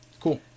Cool